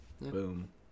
Boom